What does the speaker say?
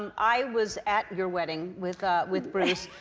um i was at your wedding with with bruce,